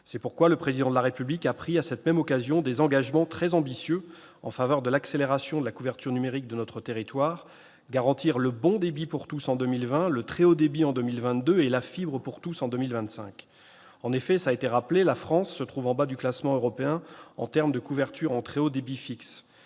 C'est pourquoi le Président de la République a pris, à cette même occasion, des engagements très ambitieux en faveur de l'accélération de la couverture numérique de notre territoire : garantir le bon débit pour tous en 2020, le très haut débit en 2022 et la fibre pour tous en 2025. En effet, cela a été rappelé, la France se trouve en bas du classement européen en termes de couverture en très haut débit fixe.